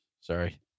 Sorry